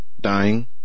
dying